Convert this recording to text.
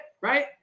right